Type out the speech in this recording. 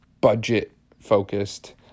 budget-focused